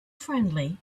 friendly